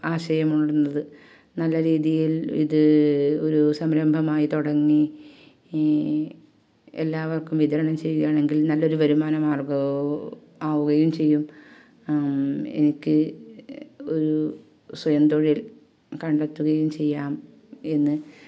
ആശയം ഉണരുന്നത് നല്ല രീതിയിൽ ഇത് ഒരു സംരംഭമായി തുടങ്ങി ഈ എല്ലാവർക്കും വിതരണം ചെയ്യുകയാണെങ്കിൽ നല്ലൊരു വരുമാന മാർഗ്ഗം ആവു ആവുകയും ചെയ്യും എനിക്ക് ഒരു സ്വയം തൊഴിൽ കണ്ടെത്തുകയും ചെയ്യാം എന്ന്